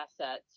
assets